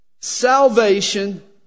salvation